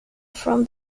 from